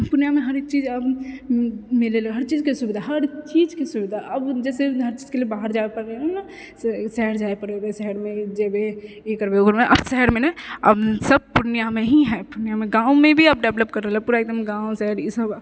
पूर्णियामे हरेक चीज आब मिलै लए हर चीजके सुविधा हर चीजके सुविधा आब जैसे हर चीजके लेल बाहर जाइ पड़ै शहर जाइ पड़ै शहरमे जेबै ई करबै उ करबै आब शहरमे नहि आब सब पूर्णियामे ही है पूर्णियामे गाँवमे भी अब डेवलप कर रहलै पूरा एकदम गाँव शहर ई सब